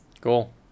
Cool